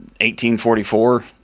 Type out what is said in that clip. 1844